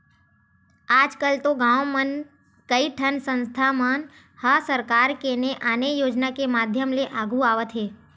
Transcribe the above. आजकल तो गाँव मन म कइठन संस्था मन ह सरकार के ने आने योजना के माधियम ले आघु आवत हे